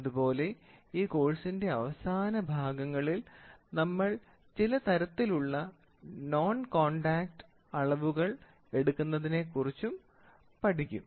അതുപോലെ ഈ കോഴ്സിന്റെ അവസാന ഭാഗങ്ങളിൽ നമ്മൾ ചില തരത്തിലുള്ള നോൺ കോൺടാക്ട് അളവുകൾ എടുക്കുന്നതിനെ കുറിച്ചും പഠിക്കും